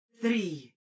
three